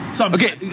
Okay